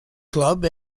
club